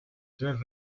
tres